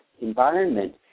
environment